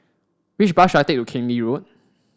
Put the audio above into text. which bus should I take to Keng Lee Road